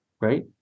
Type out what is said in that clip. Right